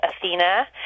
Athena